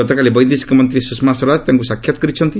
ଗତକାଲି ବୈଦେଶିକମନ୍ତ୍ରୀ ସୁଷମା ସ୍ୱରାଜ ତାଙ୍କୁ ସାକ୍ଷାତ କରିଛନ୍ତି